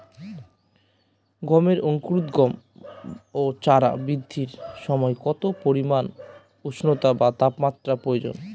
গমের অঙ্কুরোদগম ও চারা বৃদ্ধির সময় কত পরিমান উষ্ণতা বা তাপমাত্রা প্রয়োজন?